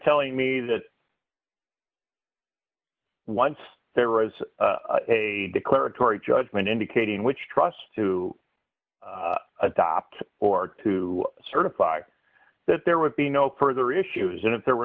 telling me that once there was a declaratory judgment indicating which trust to adopt or to certify that there would be no further issues and if there were